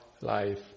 life